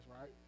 right